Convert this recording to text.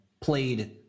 played